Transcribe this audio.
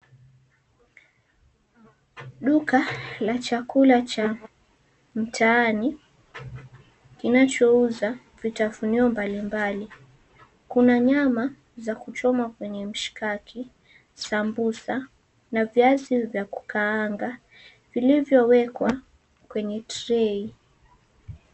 Duka la chakula cha mtaani kinachouza vitafunio mbalimbali. Kuna nyama za kuchoma kwenye mshikaki, sambusa na viazi vya kukaanga vilivyowekwa kwenye tray .